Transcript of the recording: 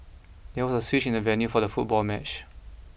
there was a switch in the venue for the football match